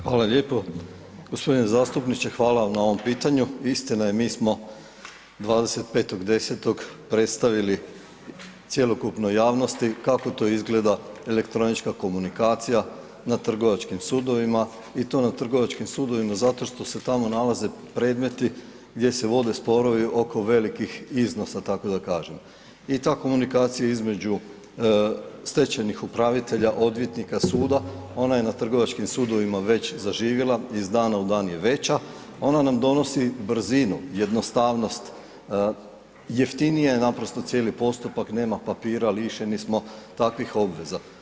Hvala lijepo. g. Zastupniče hvala vam na ovom pitanju, istina je mi smo 25.10. predstavili cjelokupnoj javnosti kako to izgleda elektronička komunikacija na trgovačkim sudovima i to na trgovačkim sudovima zato što se tamo nalaze predmeti gdje se vode sporovi oko velikih iznosa tako da kažem i ta komunikacija između stečajnih upravitelja, odvjetnika, suda, onda je na trgovačkim sudovima već zaživjela, iz dana u dan je veća, ona nam donosi brzinu, jednostavnost, jeftiniji je naprosto cijeli postupak, nema papira, lišeni smo takvih obveza.